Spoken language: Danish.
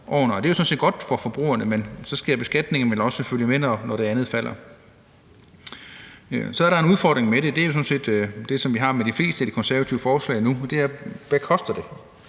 set godt for forbrugerne, men så skal beskatningen vel også følge med, altså når prisen falder. Så er der en udfordring med det, som sådan set er den, vi har med de fleste af de konservative forslag nu, og det